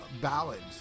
ballads